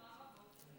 ותרמה רבות.